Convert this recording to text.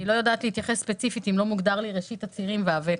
אני לא יודעת להתייחס ספציפית אם לא מוגדר לי הצירים והווקטור.